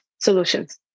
solutions